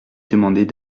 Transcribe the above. demander